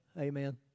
amen